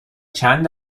چند